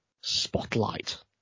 Spotlight